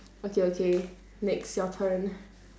okay okay next your turn